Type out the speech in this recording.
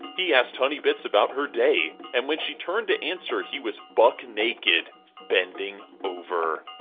he asked honeybits about her day and when she turned to answer he was buck naked bending over.